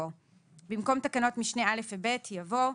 - במקום תקנות משנה (א) ו-(ב) יבוא: